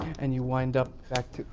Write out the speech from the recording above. and you wind up back to